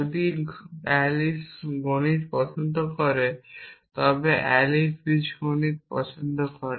যদি অ্যালিস গণিত পছন্দ করে তবে অ্যালিস বীজগণিত পছন্দ করে